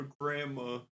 grandma